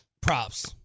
props